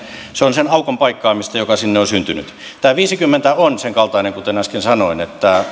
se on sen aukon paikkaamista joka sinne on syntynyt tämä viisikymmentä on senkaltainen kuten äsken sanoin että